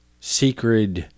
secret